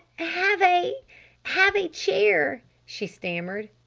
have a have a chair, she stammered.